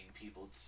People